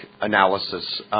analysis